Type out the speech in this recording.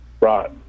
Right